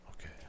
okay